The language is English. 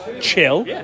chill